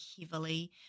heavily